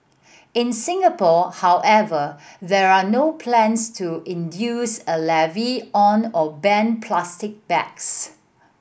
in Singapore however there are no plans to induce a levy on or ban plastic bags